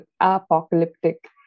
apocalyptic